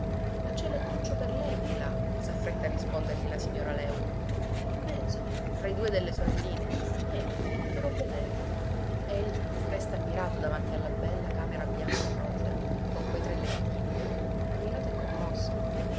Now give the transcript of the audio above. ma c'è il lettuccio per lei di là s'affretta a rispondergli la signora léuca in mezzo tra i due delle sorelline vieni ti farò vedere egli resta ammirato davanti alla bella camera bianca e rosea con quei tre lettini ammirato e commosso